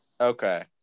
Okay